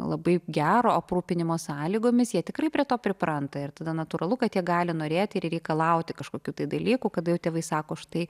labai gero aprūpinimo sąlygomis jie tikrai prie to pripranta ir tada natūralu kad jie gali norėti ir reikalauti kažkokių tai dalykų kada tėvai sako štai